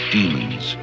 Demons